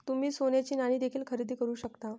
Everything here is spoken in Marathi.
तुम्ही सोन्याची नाणी देखील खरेदी करू शकता